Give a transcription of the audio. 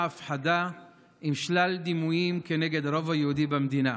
הפחדה עם שלל דימויים נגד הרוב היהודי במדינה.